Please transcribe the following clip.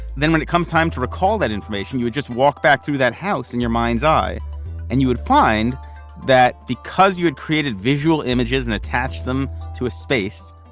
then when it comes time to recall that information, you would just walk back through that house in your mind's eye and you would find that because you had created visual images and attached them to a space,